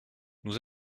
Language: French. nous